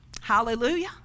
Hallelujah